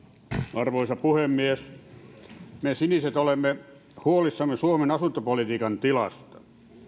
arvoisa puhemies me siniset olemme huolissamme suomen asuntopolitiikan tilasta